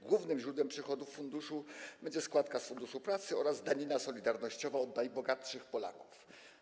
Głównym źródłem przychodów funduszu będzie składka z Funduszu Pracy oraz danina solidarnościowa od najbogatszych Polaków.